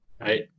right